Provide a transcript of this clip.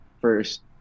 first